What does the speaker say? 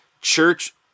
church